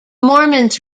mormons